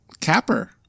capper